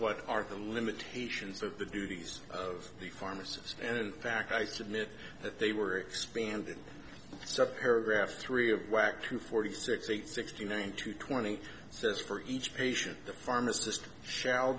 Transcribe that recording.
what are the limitations of the duties of a pharmacist and in fact i submit that they were expanded so paragraph three of whack to forty six eight sixty nine to twenty so as for each patient the pharmacist shall